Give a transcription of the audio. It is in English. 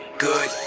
Good